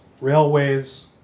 railways